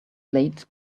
blade